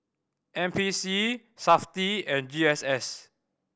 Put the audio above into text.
N P C Safti and G S S